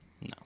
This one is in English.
No